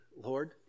Lord